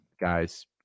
guys